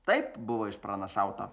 taip buvo išpranašauta